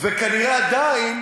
וכנראה עדיין